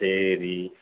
சரி